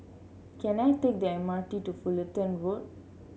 can I take the M R T to Fullerton Road